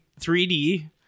3D